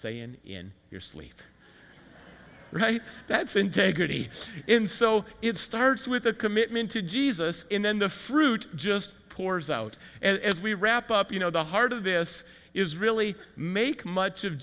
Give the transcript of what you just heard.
say in your sleep right that's integrity in so it starts with a commitment to jesus in then the fruit just pours out and as we wrap up you know the heart of this is really make much of